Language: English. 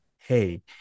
Hey